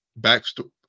backstory